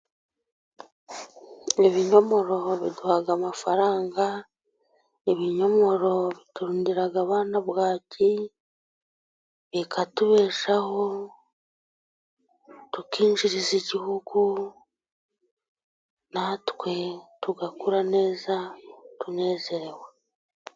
Ibinyomoro biduha amafaranga, ibinyomoro biturindira abana bwaki, bikatubeshaho, tukinjiriza igihugu, natwe tugakura neza tunezerewe.